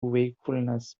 wakefulness